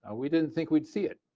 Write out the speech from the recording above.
ah we didn't think we would see it.